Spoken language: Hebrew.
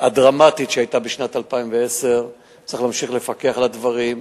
הדרמטית שהיתה בשנת 2010. צריך להמשיך לפקח על הדברים,